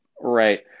right